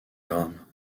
grammes